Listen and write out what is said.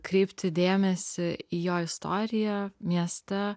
kreipti dėmesį į jo istoriją mieste